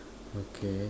okay